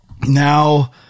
now